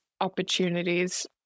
opportunities